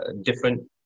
different